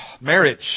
marriage